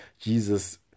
Jesus